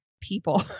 people